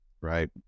right